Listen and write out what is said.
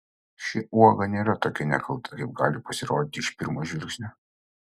ši uoga nėra tokia nekalta kaip gali pasirodyti iš pirmo žvilgsnio